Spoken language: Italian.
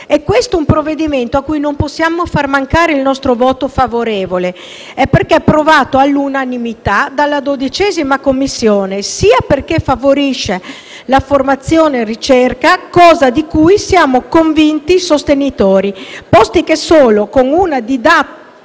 È questo un provvedimento a cui non possiamo far mancare il nostro voto favorevole, sia perché approvato all'unanimità dalla 12a Commissione, sia perché favorisce formazione e ricerca, di cui siamo convinti sostenitori, posto che solo con una didattica